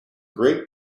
great